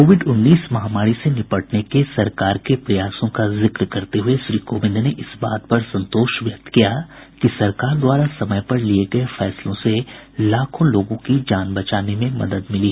Covid उन्नीस महामारी से निपटने के सरकार के प्रयासों का जिक्र करते हुए श्री कोविंद ने इस बात पर संतोष व्यक्त किया कि सरकार द्वारा समय पर लिए गए उचित निर्णयों से लाखों लोगों की जान बचाने में मदद मिली